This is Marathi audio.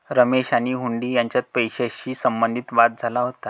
रमेश आणि हुंडी यांच्यात पैशाशी संबंधित वाद झाला होता